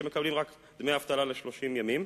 שמקבלים דמי אבטלה רק ל-30 ימים,